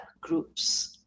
groups